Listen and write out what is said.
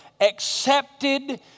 accepted